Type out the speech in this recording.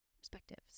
perspectives